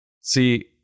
See